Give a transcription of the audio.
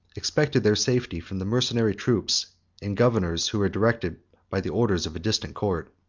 expected their safety from the mercenary troops and governors, who were directed by the orders of a distant court.